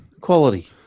quality